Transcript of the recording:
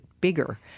bigger